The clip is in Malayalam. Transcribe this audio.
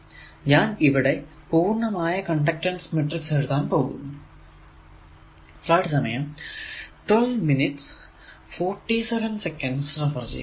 ഞാൻ ഇവിടെ പൂർണമായ കണ്ടക്ടൻസ് മാട്രിക്സ് എഴുതാൻ പോകുന്നു